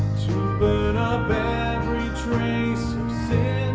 burn up every trace